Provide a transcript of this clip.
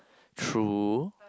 true